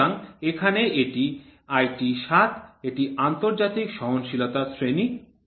সুতরাং এখানে এটি IT 7 এটি আন্তর্জাতিক সহনশীলতার শ্রেণী